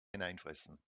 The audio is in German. hineinfressen